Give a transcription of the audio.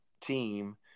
team